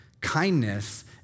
Kindness